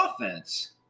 offense